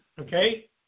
okay